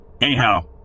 Anyhow